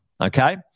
okay